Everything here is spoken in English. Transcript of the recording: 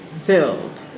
filled